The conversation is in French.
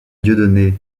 dieudonné